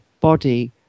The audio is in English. body